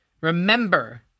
Remember